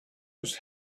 was